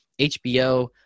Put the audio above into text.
HBO